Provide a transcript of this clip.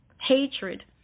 hatred